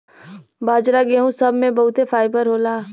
बाजरा गेहूं सब मे बहुते फाइबर होला